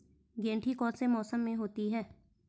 गेंठी कौन से मौसम में होती है?